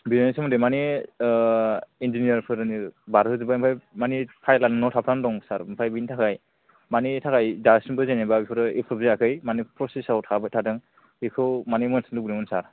बेनि सोमोन्दै माने इन्जिनियार फोरनि बारहोजोबबाय ओमफ्राय माने फाइल आ नोंनाव थाब्थानानै दं सार ओमफ्राय बेनिथाखाय मानि थाखाय दासिमबो जेनेबा बेफोरो एप्रुभ जायाखै मानो प्रसेस आव थाबाय थादों बेखौ माने मोनथिनो लुबैदोंमोन सार